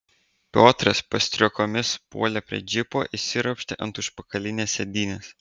piotras pastriuokomis puolė prie džipo įsiropštė ant užpakalinės sėdynės